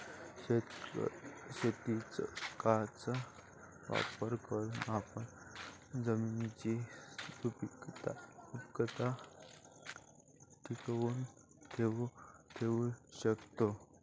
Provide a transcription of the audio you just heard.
शेतीचक्राचा वापर करून आपण जमिनीची सुपीकता टिकवून ठेवू शकतो